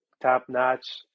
top-notch